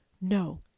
no